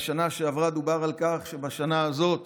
בשנה שעברה דובר על כך שבשנה הזאת